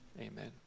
Amen